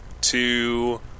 two